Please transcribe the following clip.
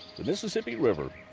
the mississippi river,